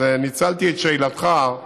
אז ניצלתי את שאלתך,